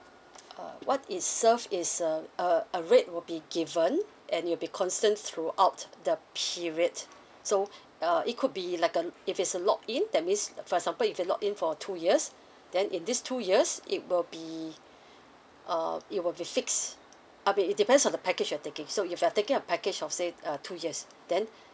uh what is served is uh a a rate will be given and it'll be constant throughout the period so uh it could be like a l~ if it's a lock in that means for example if you lock in for two years then in these two years it will be uh it will be fixed uh but it depends on the package you're taking so if you are taking a package of say uh two years then